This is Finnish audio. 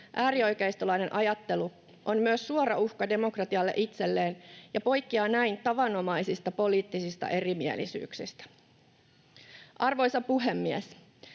äärioikeistolainen ajattelu on myös suora uhka demokratialle itselleen ja poikkeaa näin tavanomaisista poliittisista erimielisyyksistä. Arvoisa puhemies!